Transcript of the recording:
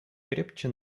крепче